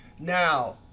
now,